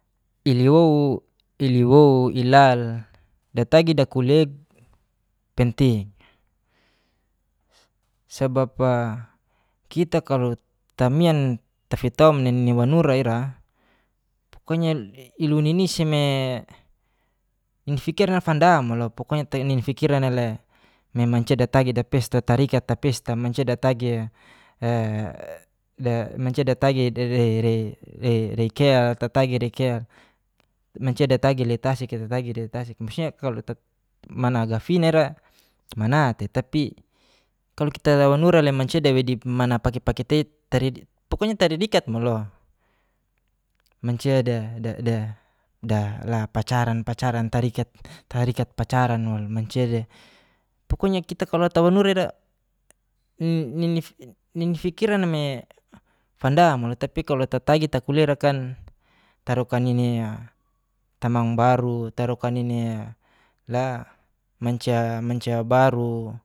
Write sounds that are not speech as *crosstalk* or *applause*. *unintelligible* iliwou ilal datagi dakulea penting sebab'a kita kalu tamian tafitom nini wanuri'ra pokonya iluniniseme *hesitation* in'i fikira fandamo loka pokoknya te ini'i fikirana le de mancia natagi dapesta tarikat tapesta mancia datagi *hesitation* maksudnya kalo *hesitation* managa finara mana tei kalo kita lawanura demancia *unintelligible* mana pake pake tei *unintelligible* pokoknya taridikat walo, mancia *hesitation* la pacaran tarikat pacaran walo mancia dia pokonya kita kalo tawanura ira *hesitation* nini fikiraname fanda walo, tapi kalo tatagi takulera kan tarokan nini tamang baru, tarokan nini la mancia baru.